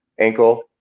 ankle